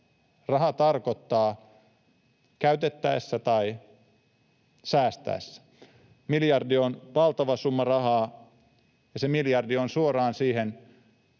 raha tarkoittaa käytettäessä tai säästäessä. Miljardi on valtava summa rahaa, ja se miljardi on suoraan siihen